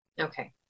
Okay